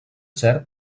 cert